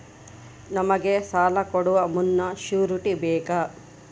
ನಮಗೆ ಸಾಲ ಕೊಡುವ ಮುನ್ನ ಶ್ಯೂರುಟಿ ಬೇಕಾ?